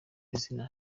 izina